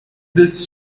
this